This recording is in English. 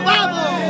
Vamos